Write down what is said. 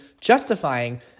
justifying